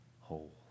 whole